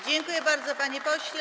Dziękuję bardzo, panie pośle.